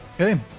Okay